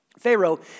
Pharaoh